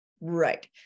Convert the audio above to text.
Right